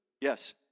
Yes